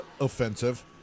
offensive